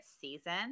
season